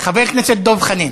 חבר הכנסת דב חנין.